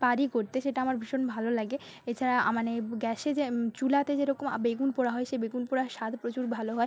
পারি করতে সেটা আমার ভীষণ ভালো লাগে এছাড়া আ মানে গ্যাসে যে চুলাতে যেরকম বেগুন পোড়া হয় সে বেগুন পোড়ার স্বাদ প্রচুর ভালো হয়